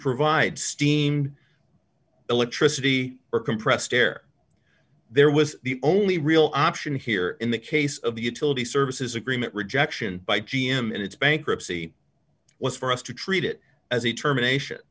provide steam electricity or compressed air there was the only real option here in the case of the utility services agreement rejection by g m and its bankruptcy was for us to treat it as a termination